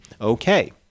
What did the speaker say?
Okay